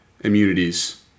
immunities